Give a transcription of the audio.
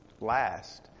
last